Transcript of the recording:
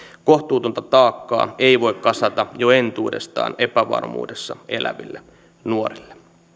kohtuutonta taakkaa ei voi kasata jo entuudestaan epävarmuudessa eläville nuorille